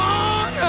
on